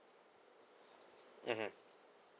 mmhmm